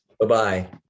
Bye-bye